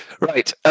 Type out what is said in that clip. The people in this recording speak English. Right